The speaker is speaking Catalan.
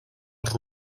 als